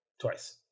twice